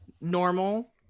normal